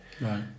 right